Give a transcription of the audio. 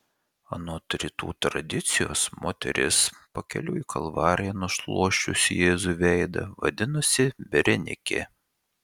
anot rytų tradicijos moteris pakeliui į kalvariją nušluosčiusi jėzui veidą vadinosi berenikė